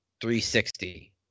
360